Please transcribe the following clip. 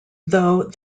though